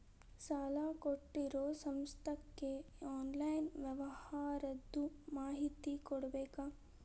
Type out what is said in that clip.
ಸಾಲಾ ಕೊಟ್ಟಿರೋ ಸಂಸ್ಥಾಕ್ಕೆ ಆನ್ಲೈನ್ ವ್ಯವಹಾರದ್ದು ಮಾಹಿತಿ ಕೊಡಬೇಕಾ?